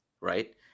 Right